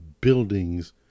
buildings